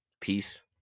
peace